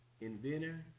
inventor